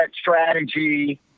strategy